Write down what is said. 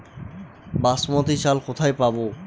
বাসমতী চাল কোথায় পাবো?